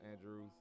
Andrews